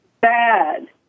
bad